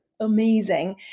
Amazing